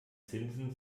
zinsen